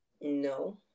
No